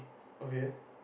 okay